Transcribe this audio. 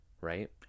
right